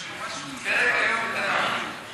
פרק היום בתנ"ך.